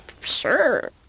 sure